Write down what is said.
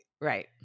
Right